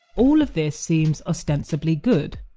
all of this seems ostensibly good.